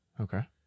Okay